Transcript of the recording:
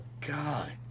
God